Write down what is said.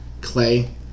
Clay